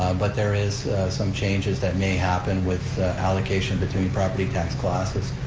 but there is some changes that may happen with allocation between property tax clauses.